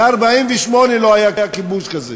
ב-1948 לא היה כיבוש כזה